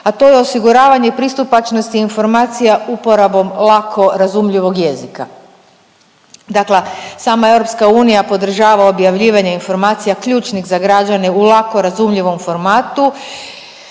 a to je osiguravanje i pristupačnosti informacija uporabom lako razumljivog jezika. Dakle sama EU podržava objavljivanje informacija ključnih za građane u lako razumljivom formatu